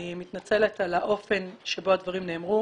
אני מתנצלת על האופן שבו הדברים נאמרו.